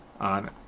on